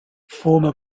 former